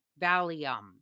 Valium